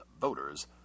voters